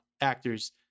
actors